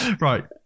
right